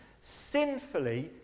sinfully